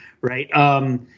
right